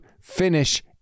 finish